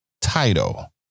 title